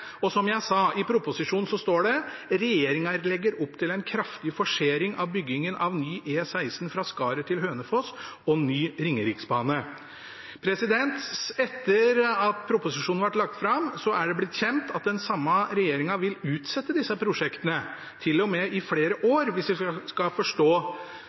og som jeg sa: I proposisjonen står det følgende: «Regjeringen legger opp til en kraftig forsering av byggingen av ny E16 fra Skaret til Hønefoss og ny Ringeriksbane.» Etter at proposisjonen ble lagt fram, er det blitt kjent at den samme regjeringen vil utsette disse prosjektene, til og med i flere år, hvis vi skal forstå